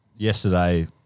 Yesterday